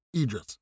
Idris